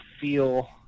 feel